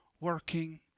working